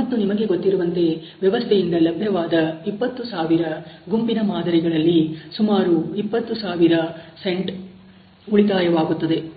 ಮತ್ತು ನಿಮಗೆ ಗೊತ್ತಿರುವಂತೆ ವ್ಯವಸ್ಥೆಯಿಂದ ಲಭ್ಯವಾದ 20000 ಗುಂಪಿನ ಮಾದರಿಗಳಲ್ಲಿ ಸುಮಾರು 20000 ಸೆಂಟ್'s ಉಳಿತಾಯವಾಗುತ್ತದೆ